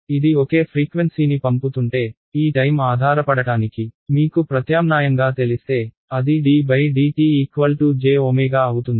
ఇది ఒకే ఫ్రీక్వెన్సీని పంపుతుంటే ఈ టైమ్ ఆధారపడటానికి మీకు ప్రత్యామ్నాయంగా తెలిస్తే అది ddt j అవుతుంది